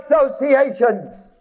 associations